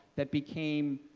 that became